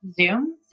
zoom